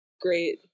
great